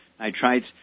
nitrites